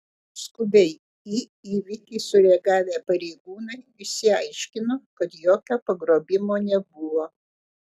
skubiai į įvykį sureagavę pareigūnai išsiaiškino kad jokio pagrobimo nebuvo